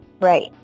Right